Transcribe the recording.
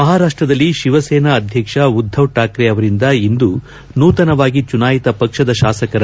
ಮಹಾರಾಪ್ಲದಲ್ಲಿ ತಿವಸೇನಾ ಅಧ್ಯಕ್ಷ ಉದ್ದವ್ ಶಾಕ್ರೆ ಅವರಿಂದ ಇಂದು ನೂತನವಾಗಿ ಚುನಾಯಿತ ಪಕ್ಲದ ಶಾಸಕರ ಸಭೆ